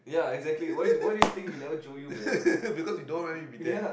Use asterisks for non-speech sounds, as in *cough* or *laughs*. *laughs* because you don't want me to be there